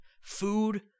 food